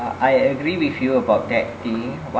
I agree with you about that thing